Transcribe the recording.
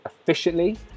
efficiently